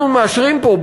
אנחנו מאשרים פה,